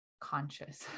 conscious